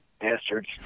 bastards